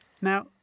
Now